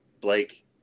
Blake